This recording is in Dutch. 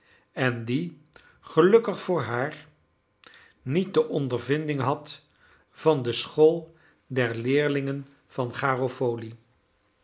en die gelukkig voor haar niet de ondervinding had van de school der leerlingen van